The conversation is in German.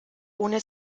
ohne